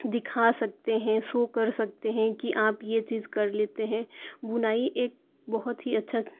دکھا سکتے ہیں سو کر سکتے ہیں کہ آپ یہ چیز کر لیتے ہیں بنائی ایک بہت ہی اچھا